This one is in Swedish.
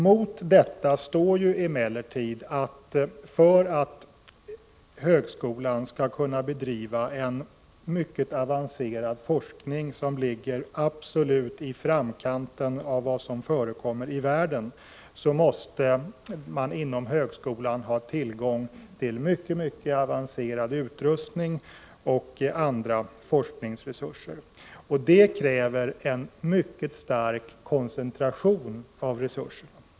Mot detta står emellertid att man — för att högskolan skall kunna bedriva en mycket avancerad forskning, som ligger absolut i ”framkanten” av vad som förekommer i världen — inom högskolan måste ha tillgång till synnerligen avancerad utrustning och andra forskningsresurser. Det kräver en mycket stark koncentration av resurserna.